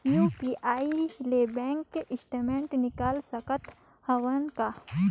UPI ले bank statement निकाल सकत हवं का?